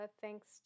thanks